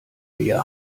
wer